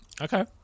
Okay